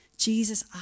Jesus